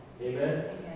Amen